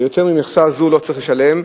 שיותר ממכסה זו לא צריך לשלם.